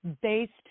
based